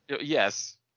Yes